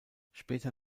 später